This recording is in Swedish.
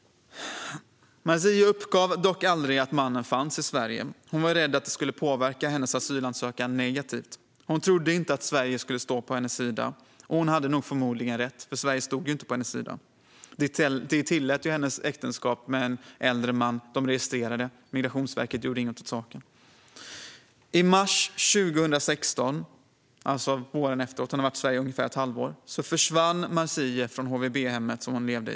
Marzieh uppgav dock aldrig att mannen fanns i Sverige. Hon var rädd att det skulle påverka hennes asylansökan negativt. Hon trodde inte att Sverige skulle stå på hennes sida. Och hon hade förmodligen rätt, för Sverige stod ju inte på hennes sida. Vi tillät hennes äktenskap med en äldre man. Migrationsverket registrerade det men gjorde inget åt saken. I mars 2016, efter att Marzieh hade varit i Sverige i ungefär ett halvår, försvann hon från HVB-hemmet där hon bodde.